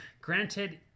granted